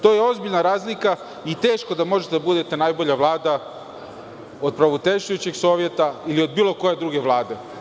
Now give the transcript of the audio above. To je ozbiljna razlika i teško da možete da budete najbolja Vlada od Praviteljstvujuščeg sovjeta ili od bilo koje druge vlade.